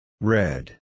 Red